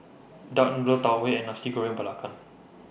Duck Noodle Tau Huay and Nasi Goreng Belacan